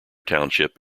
township